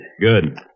Good